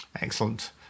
excellent